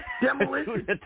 Demolition